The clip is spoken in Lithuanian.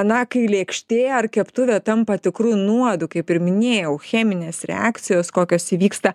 na kai lėkštė ar keptuvė tampa tikru nuodu kaip ir minėjau cheminės reakcijos kokios įvyksta